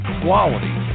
quality